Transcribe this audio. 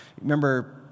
remember